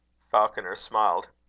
falconer smiled.